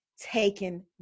taken